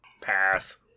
Pass